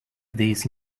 these